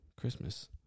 Christmas